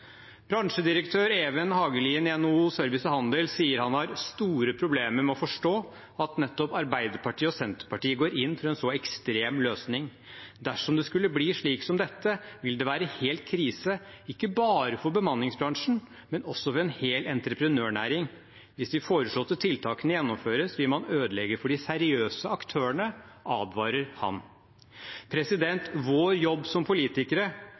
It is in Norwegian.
Bransjedirektør Even Hagelien i NHO Service og Handel sier han har store problemer med å forstå at nettopp Arbeiderpartiet og Senterpartiet går inn for en så ekstrem løsning. Dersom det skulle bli slik som dette, vil det være helt krise, ikke bare for bemanningsbransjen, men også for en hel entreprenørnæring. Hvis de foreslåtte tiltakene gjennomføres, vil man ødelegge for de seriøse aktørene, advarer han. Vår jobb som politikere